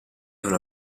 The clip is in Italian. una